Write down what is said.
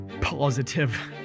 positive